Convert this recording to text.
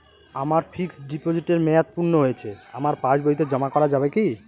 আমার ফিক্সট ডিপোজিটের মেয়াদ পূর্ণ হয়েছে আমার পাস বইতে জমা করা যাবে কি?